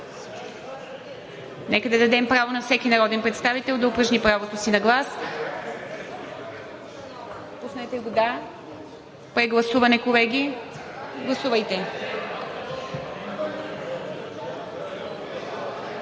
Нека да дадем право на всеки народен представител да упражни правото си на глас. Прегласуване, колеги. Гласували